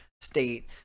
state